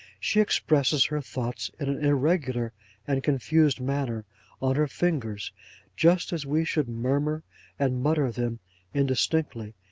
she expresses her thoughts in an irregular and confused manner on her fingers just as we should murmur and mutter them indistinctly,